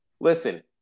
Listen